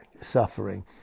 suffering